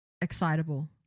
Excitable